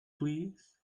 please